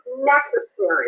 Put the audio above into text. necessary